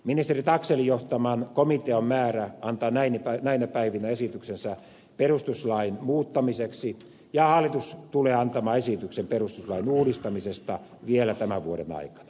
ministeri taxellin johtaman komitean on määrä antaa näinä päivinä esityksensä perustuslain muuttamiseksi ja hallitus tulee antamaan esityksen perustuslain uudistamisesta vielä tämän vuoden aikana